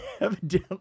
Evidently